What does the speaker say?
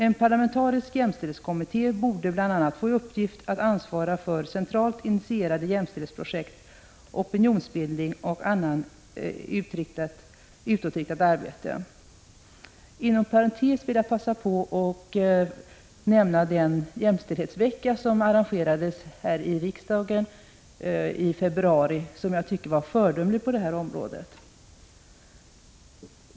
En parlamentarisk jämställdhetskom — beträffande jämställdmitté borde bl.a. få i uppgift att ansvara för centralt initierade jämställdhets — hetsfrågor projekt, opinionsbildning och annat utåtriktat arbete. Inom parentes vill jag passa på att nämna den jämställdhetsvecka som arrangerades här i riksdagen i februari och som jag tycker var föredömligt arrangerad.